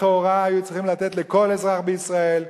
לכאורה היו צריכים לתת לכל אזרח בישראל,